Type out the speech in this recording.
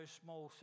small